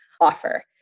offer